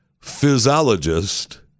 physiologist